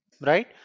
right